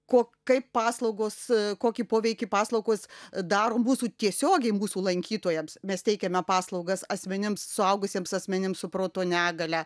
ko kaip paslaugos kokį poveikį paslaugos daro mūsų tiesiogiai mūsų lankytojams mes teikiame paslaugas asmenims suaugusiems asmenims su proto negalia